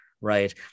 right